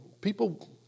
People